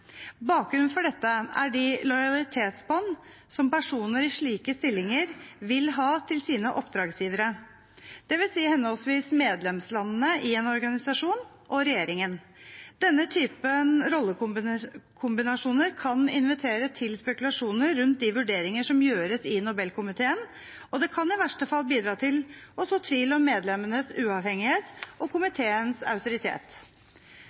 Bakgrunnen for dette er de lojalitetsbånd som personer i slike stillinger vil ha til sine oppdragsgivere, dvs. henholdsvis medlemslandene i en organisasjon og regjeringen. Denne typen rollekombinasjoner kan invitere til spekulasjoner rundt de vurderingene som gjøres i Nobelkomiteen, og kan i verste fall bidra til å så tvil om medlemmenes uavhengighet og komiteens autoritet.